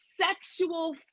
sexual